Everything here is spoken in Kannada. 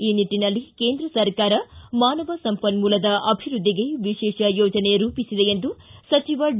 ಈ ನಿಟ್ಟನಲ್ಲಿ ಕೇಂದ್ರ ಸರ್ಕಾರ ಮಾನವ ಸಂಪನ್ಮೂಲದ ಅಭಿವೃದ್ಧಿಗೆ ವಿಶೇಷ ಯೋಜನೆ ರೂಪಿಸಿದೆ ಎಂದು ಸಚಿವ ಡಿ